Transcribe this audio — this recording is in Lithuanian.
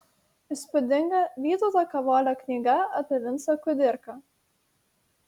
įspūdinga vytauto kavolio knyga apie vincą kudirką